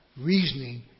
Reasoning